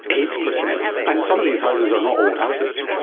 eight percent! and some of these houses are not old houses.